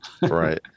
right